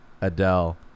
Adele